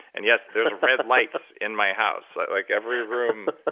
and yes, there's red lights in my house. like like every room,